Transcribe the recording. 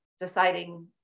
deciding